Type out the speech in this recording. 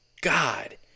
God